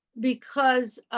because